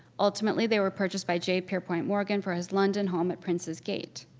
ultimately, they were purchased by j. pierpont morgan for his london home at princes's gate.